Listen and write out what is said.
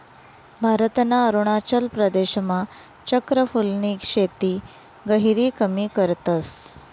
भारतना अरुणाचल प्रदेशमा चक्र फूलनी शेती गहिरी कमी करतस